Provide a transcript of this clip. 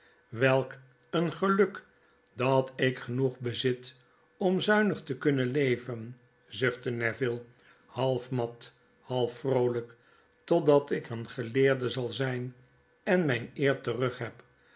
welk een geluk dat ik genoeg bezit om zuinig te kunnen leven zuchtte neville v half mat half vroolyk totdat ik een geleerde zal zyn en myn eer terugheb